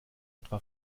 etwa